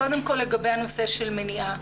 קודם כל, לגבי הנושא של מניעה.